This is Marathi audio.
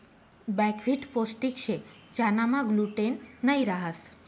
बकव्हीट पोष्टिक शे ज्यानामा ग्लूटेन नयी रहास